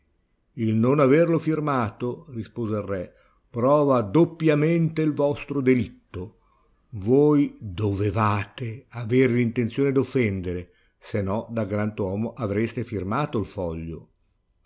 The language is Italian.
il non averlo firmato rispose il re prova doppiamente il vostro delitto voi dovevate avere l'intenzione d'offendere se no da galantuomo avreste firmato il foglio